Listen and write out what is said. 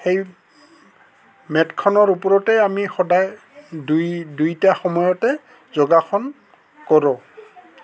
সেই মেটখনৰ ওপৰতে আমি সদায় দুই দুইটা সময়তে যোগাসন কৰোঁ